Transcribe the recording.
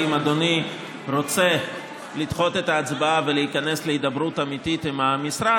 ואם אדוני רוצה לדחות את ההצבעה ולהיכנס להידברות אמיתית עם המשרד,